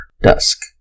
dusk